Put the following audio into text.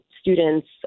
students